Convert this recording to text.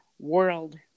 world